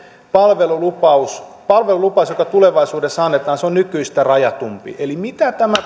palvelulupaus palvelulupaus joka tulevaisuudessa annetaan on nykyistä rajatumpi eli mitä tämä